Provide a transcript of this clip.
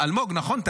אלמוג, נכון?